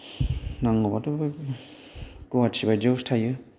नांगौबाथ' बेबादि गुवाहाटि बायदियावसो थायो